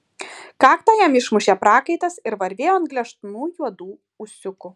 kaktą jam išmušė prakaitas ir varvėjo ant gležnų juodų ūsiukų